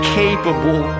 capable